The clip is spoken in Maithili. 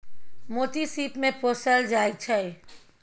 मोती सिप मे पोसल जाइ छै